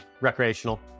recreational